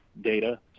data